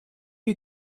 you